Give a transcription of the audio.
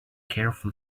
careful